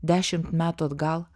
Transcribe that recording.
dešimt metų atgal